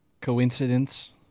Coincidence